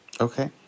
Okay